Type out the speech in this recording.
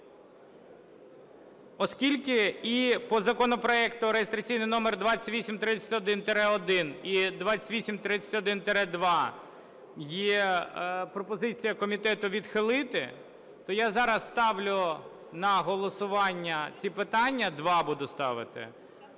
Оскільки і по законопроекту, реєстраційний номер 2831-1, і 2831-2 є пропозиція комітету відхилити, то я зараз ставлю на голосування ці питання, два буду ставити,